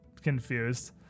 confused